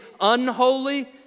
unholy